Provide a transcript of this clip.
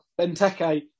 Benteke